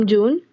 June